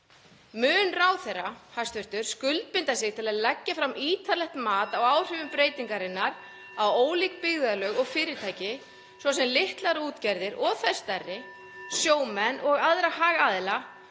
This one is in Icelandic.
Mun hæstv. ráðherra skuldbinda sig til að leggja fram ítarlegt mat á áhrifum breytingarinnar á ólík byggðarlög og fyrirtæki, svo sem litlar útgerðir og þær stærri, sjómenn og aðra hagaðila,